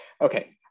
Okay